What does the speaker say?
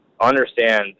understand